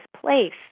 place